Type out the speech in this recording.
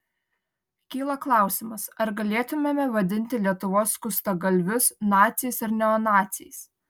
kyla klausimas ar galėtumėme vadinti lietuvos skustagalvius naciais ar neonaciais